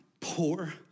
poor